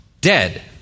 dead